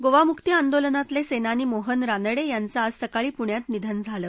गोवा मुक्ति आंदोलनातलसिमी मोहन रानड्यांचं आज सकाळी पुण्यात निधन झालं